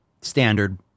standard